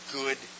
good